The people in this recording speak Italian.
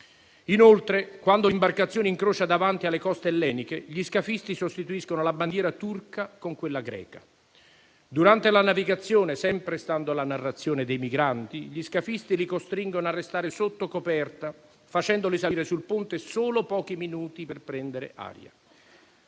Inoltre, quando l'imbarcazione incrocia davanti alle coste elleniche, gli scafisti sostituiscono la bandiera turca con quella greca. Durante la navigazione, sempre stando alla narrazione dei migranti, gli scafisti li costringono a restare sottocoperta, facendoli salire sul ponte solo pochi minuti per prendere aria.